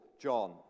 John